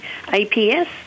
APS